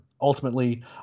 ultimately